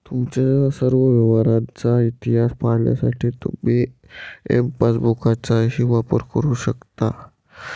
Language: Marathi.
तुमच्या सर्व व्यवहारांचा इतिहास पाहण्यासाठी तुम्ही एम पासबुकचाही वापर करू शकता